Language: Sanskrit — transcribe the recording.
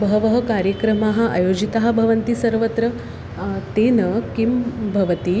बहवः कार्यक्रमाः आयोजिताः भवन्ति सर्वत्र तेन किं भवति